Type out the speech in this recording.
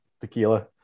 tequila